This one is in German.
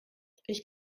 ich